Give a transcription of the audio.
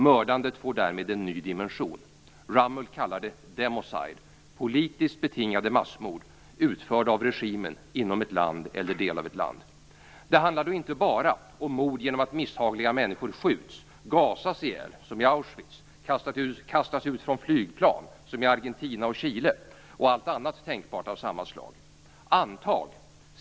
Mördandet får därmed en ny dimension. Rummel kallar det democide - politiskt betingade massmord utförda av regimen inom ett land eller en del av ett land. Det handlar då inte bara om mord genom att misshagliga människor skjuts, gasas ihjäl som i Auschwitz, kastas ut från flygplan som i Argentina och Chile och allt annat tänkbart av samma slag.